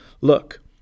Look